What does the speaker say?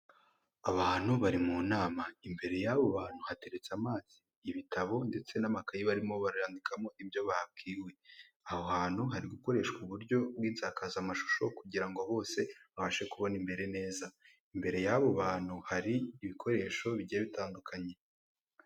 Abantu bari mu nama, imbere y'abo bantu hateretse amazi, ibitabo ndetse n'amakayi barimo bayandikamo ibyo babwiwe, aho hantu hari gukoreshwa uburyo bw'insakazamashusho kugira ngo bose babashe kubona imbere neza, imbere y'abo bantu hari ibikoresho bigiye bitandukanye.